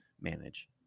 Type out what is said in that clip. manage